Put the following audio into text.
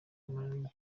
mariya